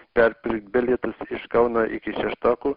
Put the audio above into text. perpirkt bilietus iš kauno iki šeštokų